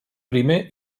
primer